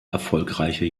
erfolgreiche